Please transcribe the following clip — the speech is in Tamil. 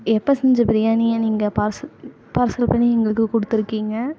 எப்போ செஞ்ச பிரியாணியை நீங்கள் பார்சல் பார்சல் பண்ணி எங்களுக்கு கொடுத்துருக்கீங்க